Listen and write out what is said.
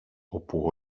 όπου